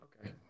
Okay